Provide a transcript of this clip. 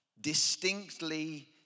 distinctly